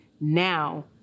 now